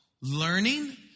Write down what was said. learning